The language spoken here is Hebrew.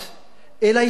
אל ההיסטוריה,